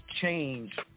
change